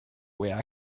where